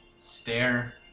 stare